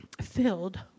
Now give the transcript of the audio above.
filled